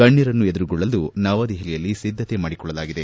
ಗಣ್ಣರನ್ನು ಎದುರುಗೊಳ್ಳಲು ನವದೆಹಲಿಯಲ್ಲಿ ಸಿದ್ದತೆ ಮಾಡಿಕೊಳ್ಳಲಾಗಿದೆ